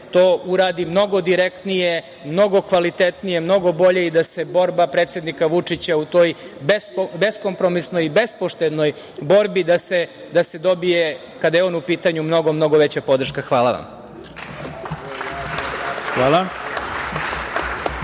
da se to uradi mnogo direktnije, mnogo kvalitetnije, mnogo bolje i da se borba predsednika Vučića u toj beskompromisnoj i bespoštednoj borbi da se dobije, kada je on u pitanju, mnogo, mnogo veća podrška. Hvala vam. **Ivica